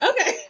Okay